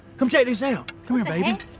come check this out, come here